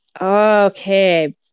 Okay